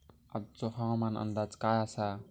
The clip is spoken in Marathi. आजचो हवामान अंदाज काय आसा?